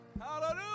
Hallelujah